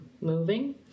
moving